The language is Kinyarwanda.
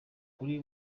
kuri